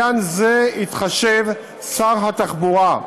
בעניין זה יתחשב שר התחבורה,